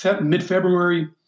mid-February